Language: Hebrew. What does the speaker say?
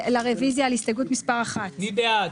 רוויזיה על הסתייגות מס' 67. מי בעד,